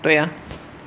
对呀